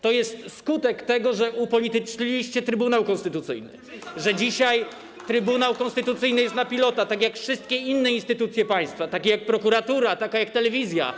To jest skutek tego, że upolityczniliście Trybunał Konstytucyjny, że dzisiaj Trybunał Konstytucyjny jest na pilota, tak jak wszystkie inne instytucje państwa, takie jak prokuratura, telewizja.